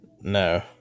No